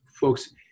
folks